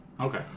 Okay